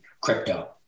crypto